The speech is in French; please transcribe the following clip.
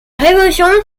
révolution